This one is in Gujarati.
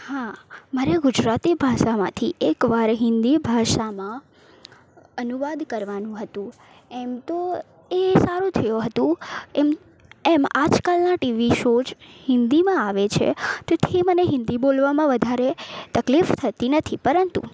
હા મારે ગુજરાતી ભાષામાંથી એકવાર હિન્દી ભાષામાં અનુવાદ કરવાનું હતું એમતો એ સારું થયું હતું એમ એમ આજકાલના ટીવી શોઝ હિન્દીમાં આવે છે તેથી મને હિન્દી બોલવામાં વધારે તકલીફ થતી નથી પરંતુ